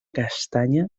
castaña